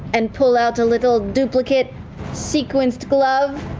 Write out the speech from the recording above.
and pull out a little duplicate sequinsed glove,